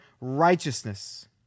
righteousness